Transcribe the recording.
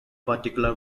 particular